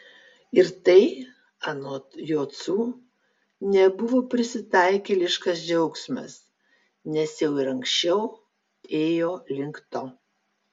ir tai anot jocų nebuvo prisitaikėliškas džiaugsmas nes jau ir anksčiau ėjo link to